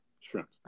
Shrimps